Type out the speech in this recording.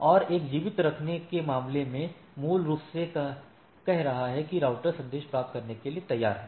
और एक जीवित रखने के मामले में मूल रूप से कह रहा है कि राउटर संदेश प्राप्त करने के लिए तैयार है